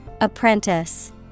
Apprentice